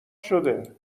شده